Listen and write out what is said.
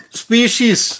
species